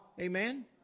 Amen